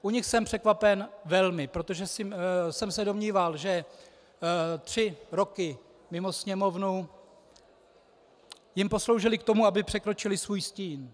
U nich jsem překvapen velmi, protože jsem se domníval, že tři roky mimo Sněmovnu jim posloužily k tomu, aby překročili svůj stín.